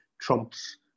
Trump's